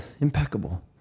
impeccable